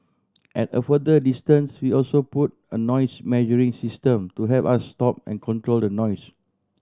at a further distance we also put a noise measuring system to help us stop and control the noise